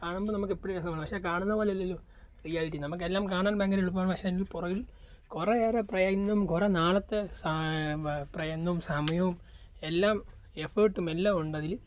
കാണുമ്പം നമുക്ക് എപ്പോഴും രസമാണ് പക്ഷേ കാണുന്നത് പോലെ അല്ലല്ലോ റിയാലിറ്റി നമുക്ക് എല്ലാം കാണാൻ ഭയങ്കര എളുപ്പമാണ് പക്ഷേ അതിൻ്റെ പുറകിൽ കുറേ ഏറെ പ്രയത്നം കുറേ നാളത്തെ സാ പ പ്രയത്നവും സമയവും എല്ലാം എഫേർട്ടും എല്ലാം ഉണ്ട് അതിൽ